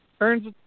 earns